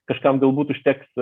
kažkam galbūt užteks